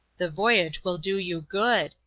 the voyage will do you good,